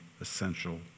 essential